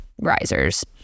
risers